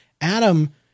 Adam